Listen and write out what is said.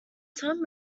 tom